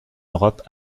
europe